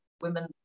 women